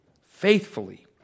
faithfully